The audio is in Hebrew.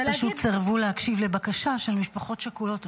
הם פשוט סירבו להקשיב לבקשה של משפחות שכולות.